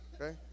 okay